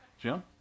Jim